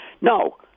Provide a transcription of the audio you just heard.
no